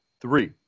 Three